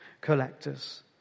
collectors